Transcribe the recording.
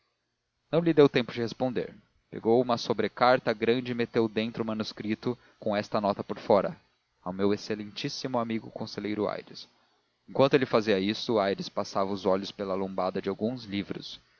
não lhe deu tempo de responder pegou de uma sobrecarta grande e meteu dentro o manuscrito com esta nota por fora ao meu excelentíssimo amigo conselheiro aires enquanto ele fazia isto aires passava os olhos pela lombada de alguns livros